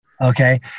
Okay